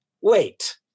wait